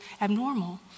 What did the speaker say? abnormal